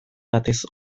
batez